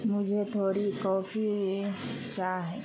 مجھے تھوڑی کوفی چاہ